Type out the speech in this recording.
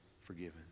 forgiven